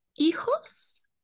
hijos